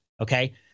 Okay